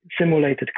simulated